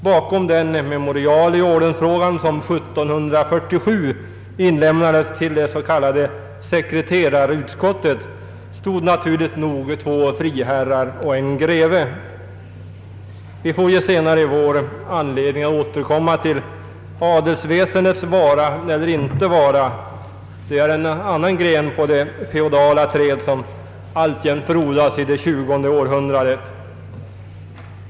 Bakom det memorial i ordensfrågan som 1747 inlämnades till det s.k. sekreterarutskottet stod naturligt nog två friherrar och en greve. Vi får ju senare i vår anledning att återkomma till adelsväsendets vara eller inte vara. Detta är en annan gren på det feodala träd som alltjämt frodas i det tjugonde århundradet.